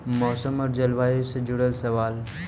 मौसम और जलवायु से जुड़ल सवाल?